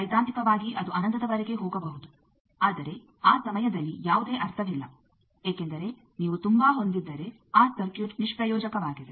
ಸೈದ್ಧಾಂತಿಕವಾಗಿ ಅದು ಅನಂತದವರೆಗೆ ಹೋಗಬಹುದು ಆದರೆ ಆ ಸಮಯದಲ್ಲಿ ಯಾವುದೇ ಅರ್ಥವಿಲ್ಲ ಏಕೆಂದರೆ ನೀವು ತುಂಬಾ ಹೊಂದಿದ್ದರೆ ಆ ಸರ್ಕ್ಯೂಟ್ ನಿಷ್ಪ್ರಯೋಜಕವಾಗಿದೆ